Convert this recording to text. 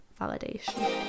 validation